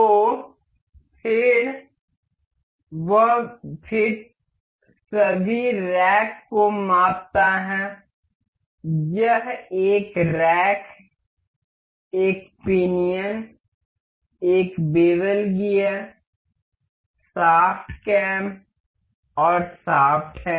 तो वह फिट सभी रैक को मापता है यह एक रैक एक पिनियन एक बेवल गियर शाफ्ट कैम और शाफ्ट है